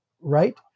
right